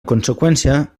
conseqüència